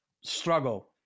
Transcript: struggle